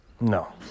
No